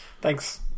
Thanks